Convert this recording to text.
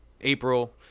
April